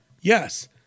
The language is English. Yes